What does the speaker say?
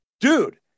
dude